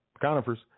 conifers